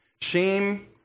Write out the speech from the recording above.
Shame